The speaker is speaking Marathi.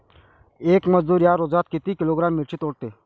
येक मजूर या रोजात किती किलोग्रॅम मिरची तोडते?